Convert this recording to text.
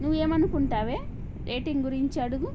నువ్వు ఏమనుకుంటావే రేటింగ్ గురించి అడుగు